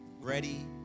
ready